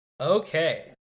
Okay